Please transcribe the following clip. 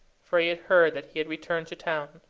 for he had heard that he had returned to town.